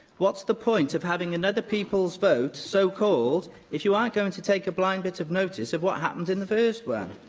what's the point of having another people's vote so called if you aren't going to take a blind bit of notice of what happened in the first one?